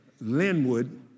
Linwood